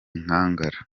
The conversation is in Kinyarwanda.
nkangara